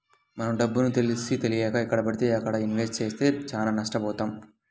మనం డబ్బుని తెలిసీతెలియక ఎక్కడబడితే అక్కడ ఇన్వెస్ట్ చేస్తే చానా నష్టబోతాం